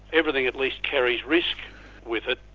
everything at least carries risk with it,